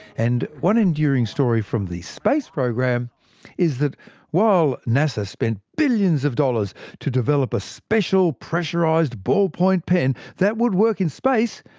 and one enduring story from the space program is that while nasa spent billions of dollars to develop a special pressurised ballpoint pen that would work in space,